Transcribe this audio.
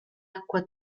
acqua